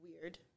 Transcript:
weird